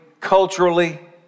culturally